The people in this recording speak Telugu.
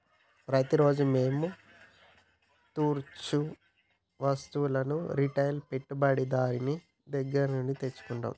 ప్రతిరోజూ మేము తరుచూ వస్తువులను రిటైల్ పెట్టుబడిదారుని దగ్గర నుండి తెచ్చుకుంటం